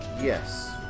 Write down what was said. Yes